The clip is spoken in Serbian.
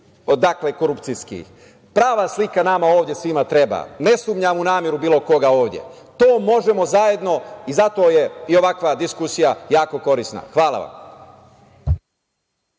drugih. Prava slika nama ovde svima treba. Ne sumnjam u nameru bilo koga ovde. To možemo zajedno i zato je i ovakva diskusija jako korisna. Hvala vam.